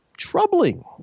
troubling